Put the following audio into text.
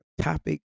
topic